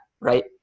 right